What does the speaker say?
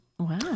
Wow